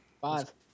Five